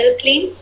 clean